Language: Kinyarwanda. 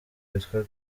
witwa